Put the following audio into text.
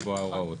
לקבוע הוראות.